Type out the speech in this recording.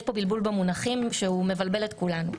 יש כאן בלבול במונחים והוא מבלבל את כולנו.